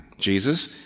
Jesus